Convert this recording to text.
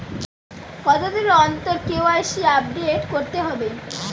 কতদিন অন্তর KYC update করতে হবে?